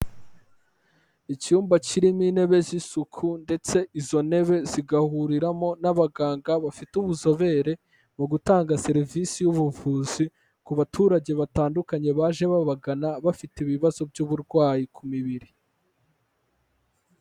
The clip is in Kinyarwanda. Icyumba kirimo intebe z'isuku, ndetse izo ntebe zigahuriramo n'abaganga bafite ubuzobere, mu gutanga serivisi y'ubuvuzi, ku baturage batandukanye baje babagana bafite ibibazo by'uburwayi ku mibiri.